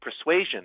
persuasion